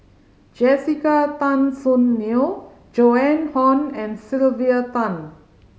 Jessica Tan Soon Neo Joan Hon and Sylvia Tan